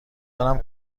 دارم